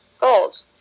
gold